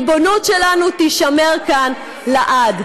והריבונות שלנו תישמר כאן לעד.